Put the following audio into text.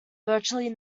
virtually